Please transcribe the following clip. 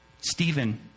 Stephen